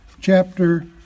chapter